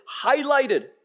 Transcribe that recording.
highlighted